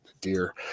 dear